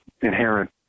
inherent